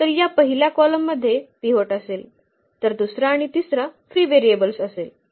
तर या पहिल्या कॉलममध्ये पिव्होट असेल तर दुसरा आणि तिसरा फ्री व्हेरिएबल्स असेल